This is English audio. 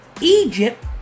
Egypt